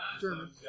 German